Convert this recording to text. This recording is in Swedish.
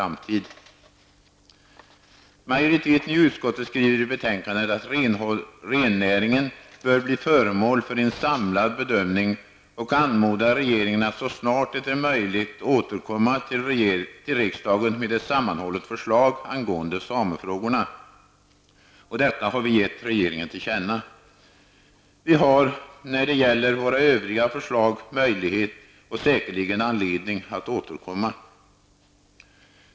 Majoriteten i utskottet skriver i betänkandet att rennäringen bör bli föremål för en samlad bedömning, och vi anmodar regeringen att så snart det är möjligt återkomma till riksdagen med ett sammanhållet förslag angående samefrågorna. Detta har vi gett regeringen till känna. Vi har också möjlighet och säkerligen anledning att återkomma med våra övriga förslag.